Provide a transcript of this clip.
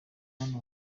hano